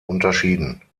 unterschieden